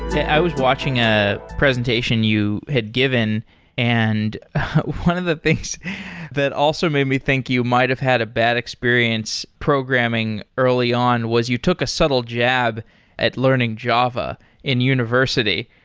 i was watching a presentation you had given and one of the things that also made me think you might have had a bad experience programming early on was you took a subtle jab at learning java in university,